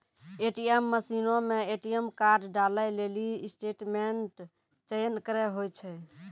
ATM मशीनो मे ATM card डालै लेली स्टेटमेंट चयन करे होय छै